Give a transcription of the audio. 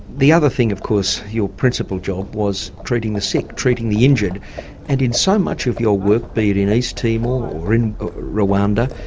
the other thing of course, your principle job was treating the sick, treating the injured and in so much of your work be it in east timor or in rwanda,